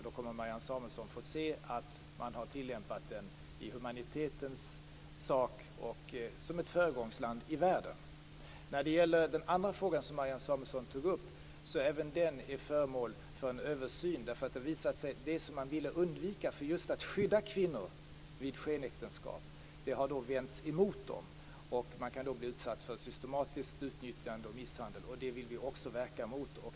Då kommer Marianne Samuelsson att se att den har tillämpats i Sverige med humanitära utgångspunkter och där Sverige är ett föregångsland i världen. Den andra frågan som Marianne Samuelsson tog upp är föremål för en översyn. Det har visat sig att skyddet för kvinnor vid skenäktenskap har vänts emot dem. Man kan då utsättas för systematiskt utnyttjande och misshandel. Det vill vi verka mot.